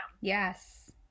yes